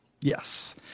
Yes